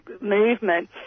movement